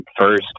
first